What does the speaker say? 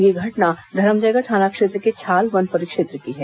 यह घटना धरमजयगढ़ थाना क्षेत्र के छाल वन परिक्षेत्र की है